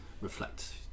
reflect